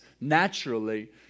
naturally